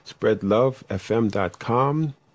Spreadlovefm.com